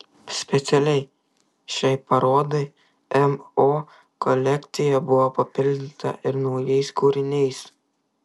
specialiai šiai parodai mo kolekcija buvo papildyta ir naujais kūriniais